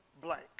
blank